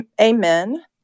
amen